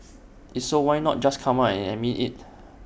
is so why not just come out and admit IT